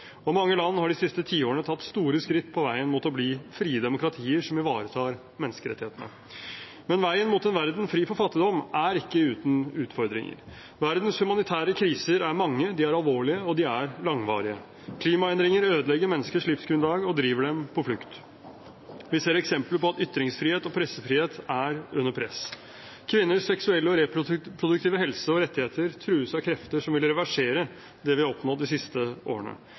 Og mange land har de siste tiårene tatt store skritt på veien mot å bli frie demokratier som ivaretar menneskerettighetene. Men veien mot en verden fri for fattigdom er ikke uten utfordringer: Verdens humanitære kriser er mange, de er alvorlige, og de er langvarige. Klimaendringer ødelegger menneskers livsgrunnlag og driver dem på flukt. Vi ser eksempler på at ytringsfrihet og pressefrihet er under press. Kvinners seksuelle og reproduktive helse og rettigheter trues av krefter som vil reversere det vi har oppnådd de siste årene.